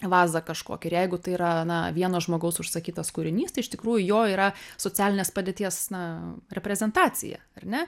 vazą kažkokią ir jeigu tai yra na vieno žmogaus užsakytas kūrinys tai iš tikrųjų jo yra socialinės padėties na reprezentacija ar ne